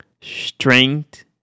strength